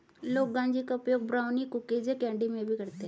लोग गांजे का उपयोग ब्राउनी, कुकीज़ या कैंडी में भी करते है